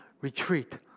retreat